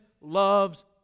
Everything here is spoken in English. loves